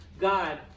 God